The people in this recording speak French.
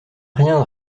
rien